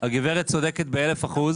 הגברת צודקת באלף אחוז,